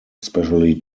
especially